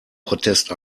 protest